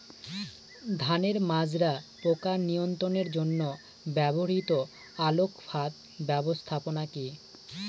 ধানের মাজরা পোকা নিয়ন্ত্রণের জন্য ব্যবহৃত আলোক ফাঁদ ব্যবস্থাপনা কি?